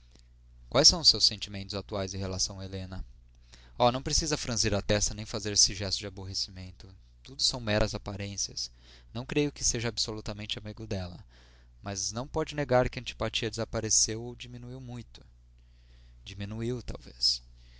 quais são os seus sentimentos atuais em relação a helena oh não precisa franzir a testa nem fazer esse gesto de aborrecimento tudo são meras aparências não creio que seja absolutamente amiga dela mas não pode negar que a antipatia desapareceu ou diminuiu muito diminuiu talvez